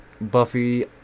Buffy